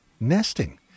nesting